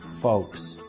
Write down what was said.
folks